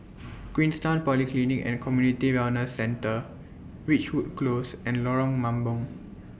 Queenstown Polyclinic and Community Wellness Centre Ridgewood Close and Lorong Mambong